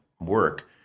work